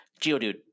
geodude